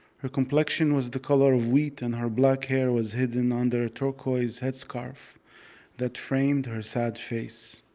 her complexion was the color of wheat, and her black hair was hidden under a turquoise headscarf that framed her sad face.